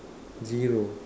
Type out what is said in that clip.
zero